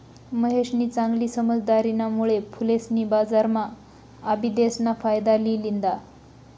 महेशनी चांगली समझदारीना मुळे फुलेसनी बजारम्हा आबिदेस ना फायदा लि लिदा